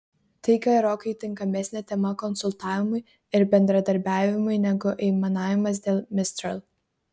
tai gerokai tinkamesnė tema konsultavimui ir bendradarbiavimui negu aimanavimas dėl mistral